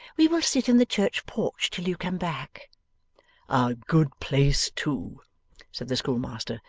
we will sit in the church porch till you come back a good place too said the schoolmaster,